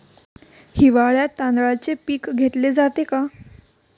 हिवाळ्यात तांदळाचे पीक घेतले जाते का?